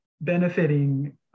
benefiting